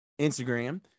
Instagram